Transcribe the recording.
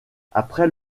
après